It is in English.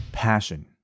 passion